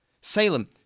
Salem